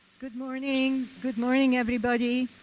good morning. good morning, everybody.